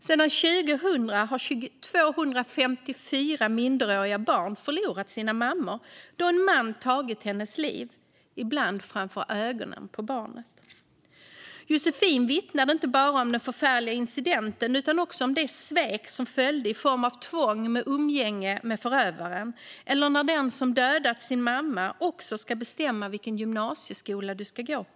Sedan 2000 har 254 minderåriga barn förlorat sina mammor då en man tagit mammornas liv, ibland framför ögonen på barnet. Josefina vittnade inte bara om den förfärliga incidenten utan också om det svek som följde i form av umgängestvång med förövaren och om att den som dödat ens mamma också ska bestämma vilken gymnasieskola man ska gå i.